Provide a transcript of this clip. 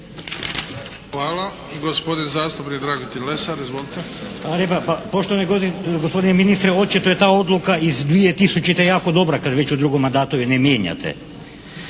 Hvala. Gospodin zastupnik Dragutin Lesar, izvolite.